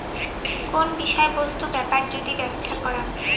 কোন বিষয় বস্তু বেপার যদি ব্যপছা করাং